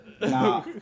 Nah